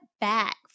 back